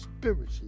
spiritually